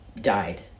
died